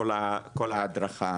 כל ההדרכה.